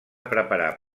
preparar